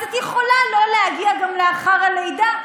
אז את יכולה לא להגיע גם לאחר הלידה.